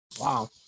Wow